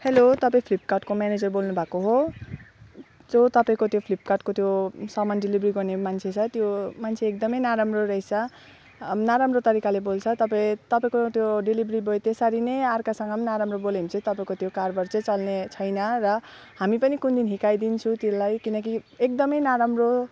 hello तपाईँ फ्लिपकार्टको manager बोल्नुभएको हो त्यो तपाईँको त्यो फ्लिपकार्टको त्यो सामान डेलिभरी गर्ने मान्छे छ त्यो मान्छे एकदमै नराम्रो रहेछ नराम्रो तरिकाले बोल्छ तपाईँ तपाईँको त्यो डेलिभरी बोय त साह्रै नै अर्कासँग नि नराम्रो बोल्यो भने चाहिँ तपाईँको त्यो कारबार चाहिँ चल्ने छैन र हामी पनि कुन दिन हिर्काइदिन्छु त्यसलाई किनकि एकदमै नराम्रो